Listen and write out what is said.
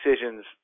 decisions